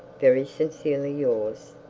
very sincerely yours,